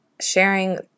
sharing